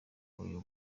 uyu